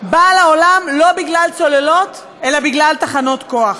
באה לעולם לא בגלל צוללות אלא בגלל תחנות כוח.